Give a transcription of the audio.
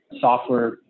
Software